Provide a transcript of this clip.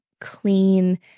clean